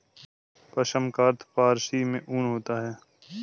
पश्म का अर्थ फारसी में ऊन होता है